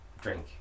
Drink